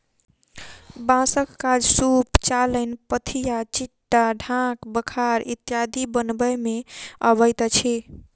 बाँसक काज सूप, चालैन, पथिया, छिट्टा, ढाक, बखार इत्यादि बनबय मे अबैत अछि